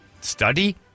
Study